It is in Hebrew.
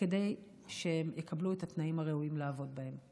כדי שהם יקבלו את התנאים הראויים לעבוד בהם.